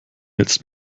jetzt